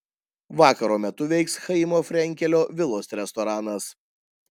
vakaro metu veiks chaimo frenkelio vilos restoranas